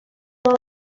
will